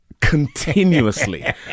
continuously